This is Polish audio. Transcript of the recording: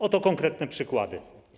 Oto konkretne przykłady.